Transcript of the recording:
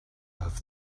have